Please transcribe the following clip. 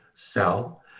sell